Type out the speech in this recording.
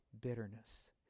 bitterness